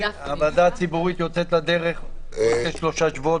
הוועדה הציבורית יוצאת לדרך בתוך שלושה שבועות,